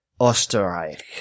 Österreich